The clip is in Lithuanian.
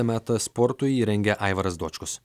metas spurtui jį rengia aivaras dočkus